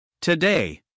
Today